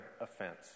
offense